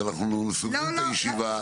אז אנחנו סוגרים את הישיבה.